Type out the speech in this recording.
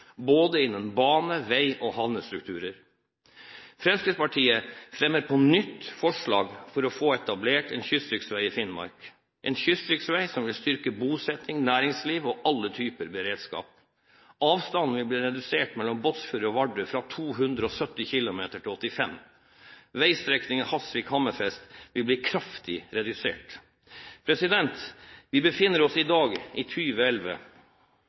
innen både bane, vei og havnestrukturer. Fremskrittspartiet fremmer på nytt forslag for å få etablert en kystriksvei i Finnmark – en kystriksvei som vil styrke bosetting, næringsliv og alle typer beredskap. Avstanden vil bli redusert mellom Båtsfjord og Vardø fra 270 km til 85 km. Veistrekningen Hasvik–Hammerfest vil bli kraftig redusert. Vi befinner oss i dag i